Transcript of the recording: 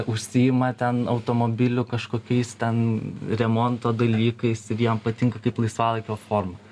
užsiima ten automobilių kažkokiais ten remonto dalykais ir jam patinka kaip laisvalaikio forma